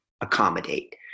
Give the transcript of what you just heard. accommodate